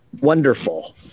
Wonderful